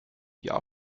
jahr